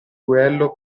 duello